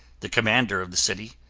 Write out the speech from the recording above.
the commander of the city,